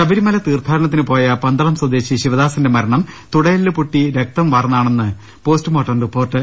ശബരിമല തീർഥാടനത്തിന് പോയ പന്തളം സ്വദേശി ശിവദാസന്റെ മരണം തുടയെല്ല് പോട്ടി രക്തം വാർന്നാണെന്ന് പോസ്റ്റ്മോർട്ടം റിപ്പോർട്ട്